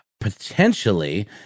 potentially